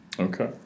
Okay